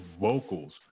vocals